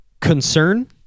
Concern